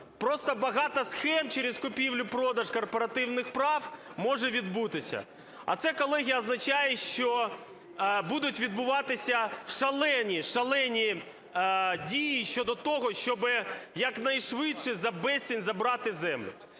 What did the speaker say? Просто багато схем через купівлю-продаж корпоративних прав може відбутися. А це, колеги, означає, що будуть відбуватися шалені-шалені дії щодо того, щоб якнайшвидше за безцінь забрати землю.